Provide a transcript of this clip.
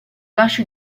lascio